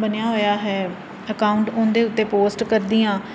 ਬਣਿਆ ਹੋਇਆ ਹੈ ਅਕਾਊਂਟ ਉਹਦੇ ਉੱਤੇ ਪੋਸਟ ਕਰਦੀ ਹਾਂ